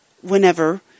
whenever